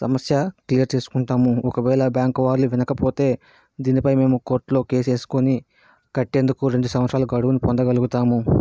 సమస్య క్లియర్ చేసుకుంటాము ఒకవేళ బ్యాంకు వాళ్ళు వినకపోతే దీనిపై మేము కోర్టులో కేసు వేసుకొని కట్టెందుకు రెండు సంవత్సరాల గడువును పొందగలుగుతాము